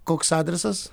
koks adresas